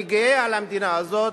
אני גאה במדינה הזאת,